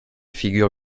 figure